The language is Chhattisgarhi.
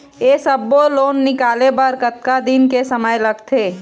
ये सब्बो लोन निकाले बर कतका दिन के समय लगथे?